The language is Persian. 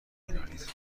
مینالید